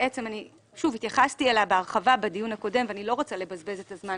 בעצם התייחסתי אליה בהרחבה בדיון הקודם ואני לא רוצה לבזבז את הזמן